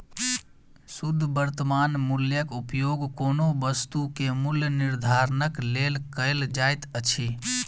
शुद्ध वर्त्तमान मूल्यक उपयोग कोनो वस्तु के मूल्य निर्धारणक लेल कयल जाइत अछि